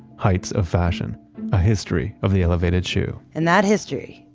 heights of fashion a history of the elevated shoe and that history,